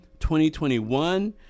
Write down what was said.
2021